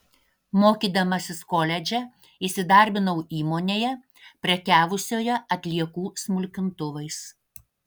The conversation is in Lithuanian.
mokydamasis koledže įsidarbinau įmonėje prekiavusioje atliekų smulkintuvais